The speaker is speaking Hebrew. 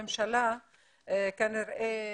כובע של הממשלה וכובע של אזרח ערבי במדינת ישראל,